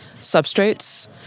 substrates